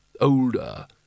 older